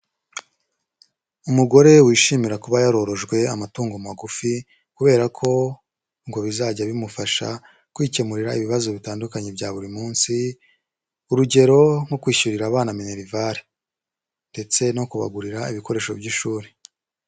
Umugore wishimira kuba yarorojwe amatungo magufi, kubera ko ngo bizajya bimufasha kwikemurira ibibazo bitandukanye bya buri munsi, urugero nko kwishyurira abana minerval, ndetse no kubagurira ibikoresho by'ishuri.